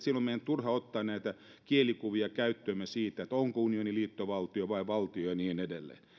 silloin meidän on turha ottaa käyttöömme näitä kielikuvia siitä onko unioni liittovaltio vai valtio ja niin edelleen